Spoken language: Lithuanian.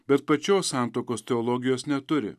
bet pačios santuokos teologijos neturi